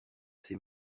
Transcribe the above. ses